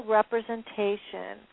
representation